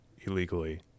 illegally